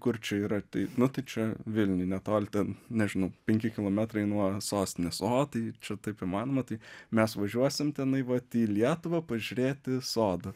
kur čia yra tai nu tai čia vilniuj netoli ten nežinau penki kilometrai nuo sostinės o tai čia taip įmanoma tai mes važiuosim tenai vat į lietuvą pažiūrėti sodų